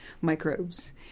microbes